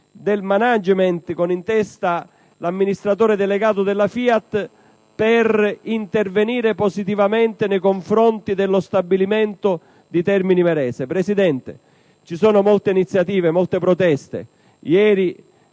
del *management* (con in testa l'amministratore delegato della FIAT) per intervenire positivamente nei confronti dello stabilimento di Termini Imerese. Signora Presidente, vi sono molte iniziative e molte proteste. Come